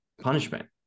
punishment